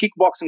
kickboxing